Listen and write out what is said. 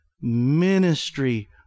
ministry